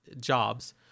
jobs